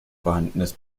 vorhandenes